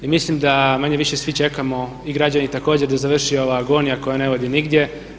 I mislim da manje-više svi čekamo i građani također da završi ova agonija koja ne vodi nigdje.